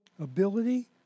ability